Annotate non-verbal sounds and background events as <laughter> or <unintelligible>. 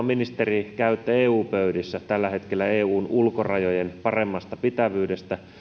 <unintelligible> ministeri käytte eu pöydissä tällä hetkellä eun ulkorajojen paremmasta pitävyydestä